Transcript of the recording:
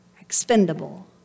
expendable